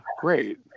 Great